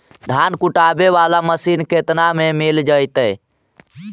धान कुटे बाला मशीन केतना में मिल जइतै?